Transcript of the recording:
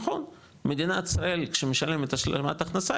מדינת ישראל כשמשלמת השלמת הכנסה,